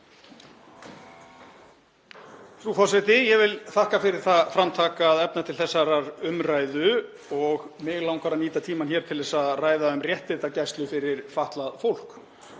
Frú forseti. Ég vil þakka fyrir það framtak að efna til þessarar umræðu og mig langar að nýta tímann til að ræða um réttindagæslu fyrir fatlað fólk.